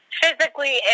physically